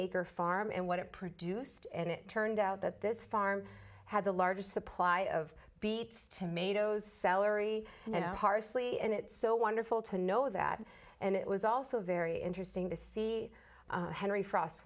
acre farm and what it produced and it turned out that this farm had the largest supply of beets tomatoes salary and parsley and it's so wonderful to know that and it was also very interesting to see henry frost